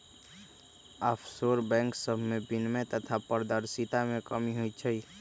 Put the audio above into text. offshore bank सभमें विनियमन तथा पारदर्शिता के कमी होइ छइ